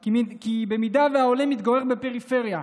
כי אם העולה מתגורר בפריפריה,